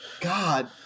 God